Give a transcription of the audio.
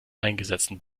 eingesetzten